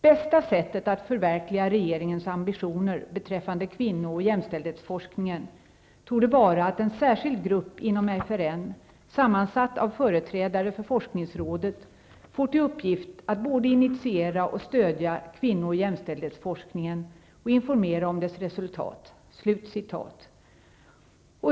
Bästa sättet att förverkliga regeringens ambitioner beträffande kvinno och jämställdhetsforskningen torde vara att en särskild grupp inom FRN sammansatt av företrädare för forskningsrådet får till uppgift att både initiera och stödja kvinno och jämställdhetsforskningen och informera om dess resultat.''